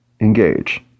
engage